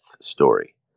story